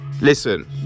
Listen